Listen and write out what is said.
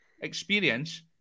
experience